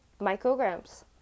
micrograms